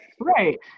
right